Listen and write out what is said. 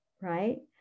right